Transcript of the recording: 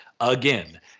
Again